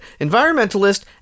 environmentalist